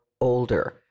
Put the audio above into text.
older